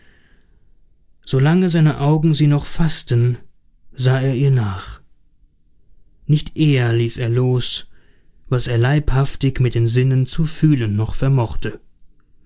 seine augen sie noch faßten sah er ihr nach nicht eher ließ er los was er leibhaftig mit den sinnen zu fühlen noch vermochte